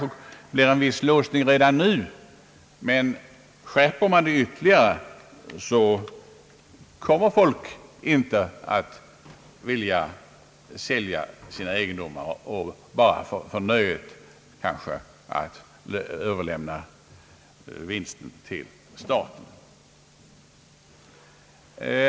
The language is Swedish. Det blir kanske en viss låsning redan nu, men skärper man skatten ytterligare, kommer folk inte att vilja sälja sina egendomar bara för nöjet att överlämna vinsten till staten.